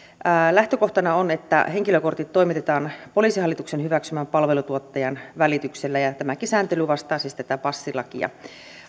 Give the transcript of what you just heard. lähtökohtana on että henkilökortit toimitetaan poliisihallituksen hyväksymän palveluntuottajan välityksellä ja tämäkin sääntely vastaa siis tätä passilakia